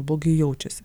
blogai jaučiasi